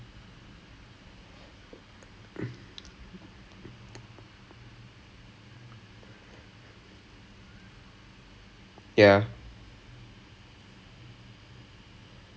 the confuse ஆயிட்டான்:aayittan the பசங்கே எல்லாம்:pasangae ellam I was it was it was so uh that uh that whole semester after F_O_F right I couldn't ask them to do anything because they were just like stunned